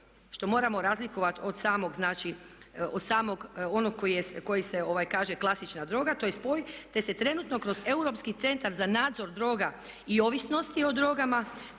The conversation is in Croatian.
što moramo razlikovati od samog znači, od samog onog koji se kaže klasična droga, to je spoj, te se trenutno kroz Europski centar za nadzor droga i ovisnosti o drogama